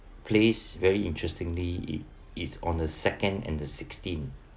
place very interestingly is is on a second and the sixteenth